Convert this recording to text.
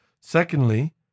Secondly